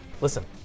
Listen